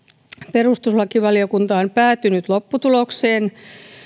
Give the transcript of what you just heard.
perustuslakivaliokunta on päätynyt lopputulokseen